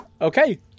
Okay